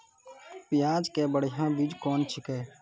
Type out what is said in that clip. प्याज के बढ़िया बीज कौन छिकै?